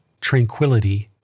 Tranquility